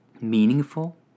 meaningful